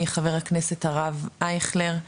חה"כ הרב אייכלר,